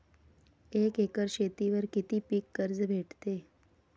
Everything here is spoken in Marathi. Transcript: एक एकर शेतीवर किती पीक कर्ज भेटते?